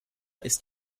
ist